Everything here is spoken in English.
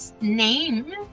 name